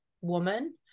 woman